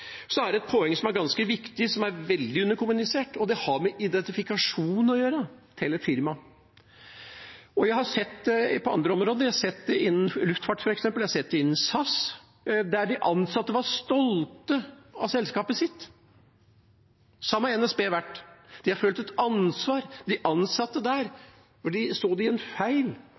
Så er det et poeng som er ganske viktig, som er veldig underkommunisert, og det har med identifikasjonen til et firma å gjøre. Jeg har sett det på andre områder. Jeg har sett det innen luftfart, f.eks. innen SAS, der de ansatte var stolte av selskapet sitt. Det samme har NSB vært. De har følt et ansvar. Når de ansatte der så en feil, gikk de og rettet opp den feilen. Så de en